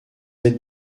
êtes